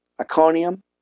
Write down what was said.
Iconium